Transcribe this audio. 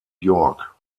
york